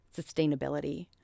sustainability